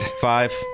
five